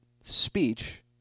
speech